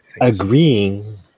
agreeing